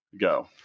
Go